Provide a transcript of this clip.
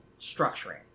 structuring